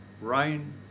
rain